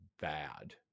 bad